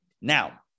Now